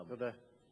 תודה רבה.